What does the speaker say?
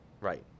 right